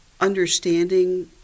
understanding